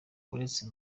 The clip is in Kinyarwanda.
uretse